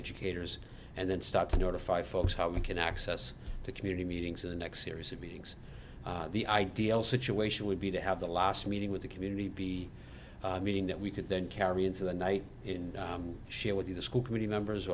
educators and then start to notify folks how we can access the community meetings in the next series of meetings the ideal situation would be to have the last meeting with the community be meeting that we could then carry into the night in share with you the school committee members